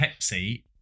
Pepsi